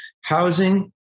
housing